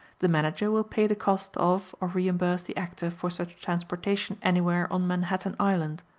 the manager will pay the cost of or reimburse the actor for such transportation anywhere on manhattan island.